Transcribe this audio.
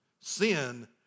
Sin